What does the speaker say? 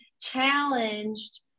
challenged